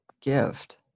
gift